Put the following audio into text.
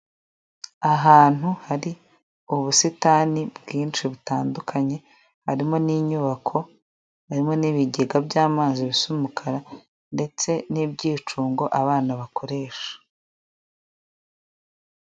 Ahantu hari ubusitani bwinshi butandukanye harimo n'inyubako, harimo n'ibigega by'amazi bisa umukara ndetse n'ibyicungo abana bakoresha.